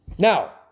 Now